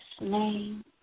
name